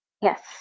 yes